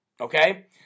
Okay